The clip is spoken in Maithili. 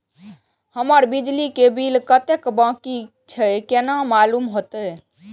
हमर बिजली के बिल कतेक बाकी छे केना मालूम होते?